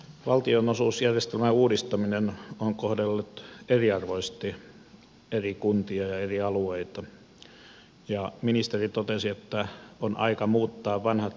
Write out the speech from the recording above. valtionosuusjärjestelmän uudistaminen on kohdellut eriarvoisesti eri kuntia ja eri alueita ja ministeri totesi että on aika muuttaa vanhat kriteerit